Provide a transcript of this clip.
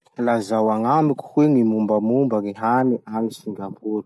Lazao agnamiko hoe gny mombamomba gny hany agny Singapour?